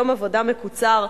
יום עבודה מקוצר,